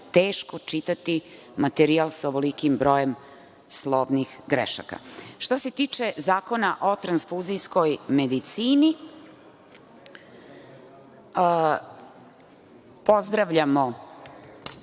teško čitati materijal sa ovolikim brojem slovnih grešaka. Što se tiče Zakona o transfuzijskoj medicini, pozdravljamo